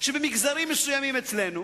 שבמגזרים מסוימים אצלנו